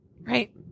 Right